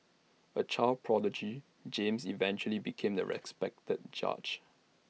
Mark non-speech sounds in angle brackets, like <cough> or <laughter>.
A child prodigy James eventually became A <noise> respected judge